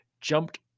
jumped